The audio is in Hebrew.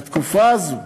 בתקופה הזאת